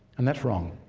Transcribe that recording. and that's wrong.